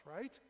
right